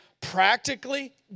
practically